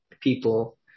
people